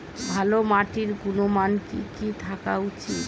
ভালো মাটির গুণমান কি কি থাকা উচিৎ?